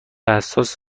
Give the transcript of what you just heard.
حساس